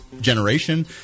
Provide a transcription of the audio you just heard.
generation